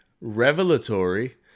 revelatory